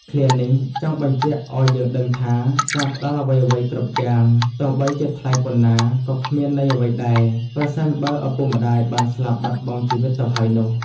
ឃ្លានេះ ចង់បញ្ជាក់អោយយើងដឹងថា ការផ្តល់អ្វីៗគ្រប់យ៉ាង ទោះបីជាថ្លៃប៉ុណ្ណា ក៏គ្មានន័យអ្វីដែរ ប្រសិនបើឪពុកម្តាយបានស្លាប់បាត់បង់ជីវិតទៅហើយនោះ។